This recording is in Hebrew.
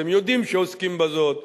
אתם יודעים שעוסקים בזאת,